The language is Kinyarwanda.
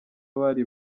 bari